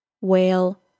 Whale